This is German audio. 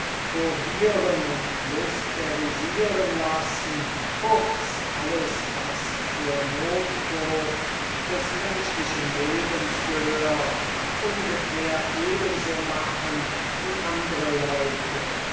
purgieren und klysterisieren lassen kurz alles was zur notdurft des menschlichen lebens gehört ungefähr eben so machen wie andre leute